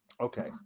okay